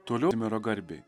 toliau timero garbei